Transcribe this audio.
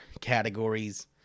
categories